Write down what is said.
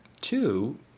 two